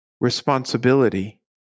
responsibility